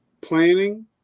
planning